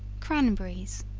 cranberries.